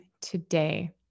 today